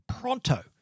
pronto